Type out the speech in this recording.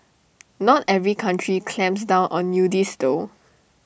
not every country clamps down on nudists though